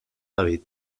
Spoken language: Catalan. david